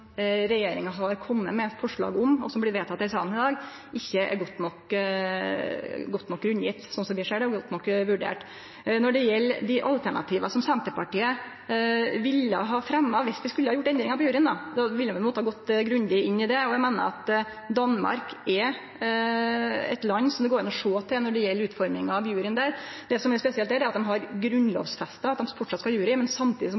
regjeringa har kome med forslag om, og som blir vedtekne i salen i dag, ikkje er godt nok grunngjevne, slik vi ser det, og ikkje godt nok vurderte. Når det gjeld dei alternativa som Senterpartiet ville ha fremja dersom vi skulle ha gjort endringar av juryen, ville vi måtte ha gått grundig inn i det. Eg meiner at Danmark er eit land det går an å sjå til når det gjeld utforminga av juryen der. Det som er spesielt der, er at dei har grunnlovfesta at dei framleis skal ha jury, men samtidig